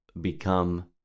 become